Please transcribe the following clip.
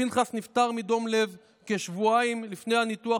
פנחס נפטר מדום לב כשבועיים לפני הניתוח